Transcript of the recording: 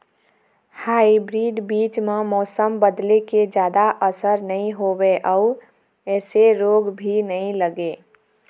hybrid बीज म मौसम बदले के जादा असर नई होवे अऊ ऐमें रोग भी नई लगे